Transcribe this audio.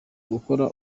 gukora